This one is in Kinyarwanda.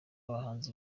bahanzi